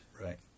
Right